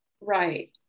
Right